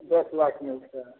दस लाख मिलतै